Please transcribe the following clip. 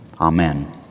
Amen